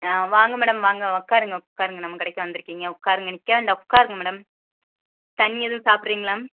ஆ வாங்க மேடம் வாங்க உட்காருங்க உட்காருங்க நம்ம கடைக்கு வந்திருக்கீங்க உட்காருங்க நிற்க வேண்டாம் உட்காருங்க மேடம் தண்ணி எதுவும் சாப்பிட்றீங்களா